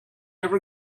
ever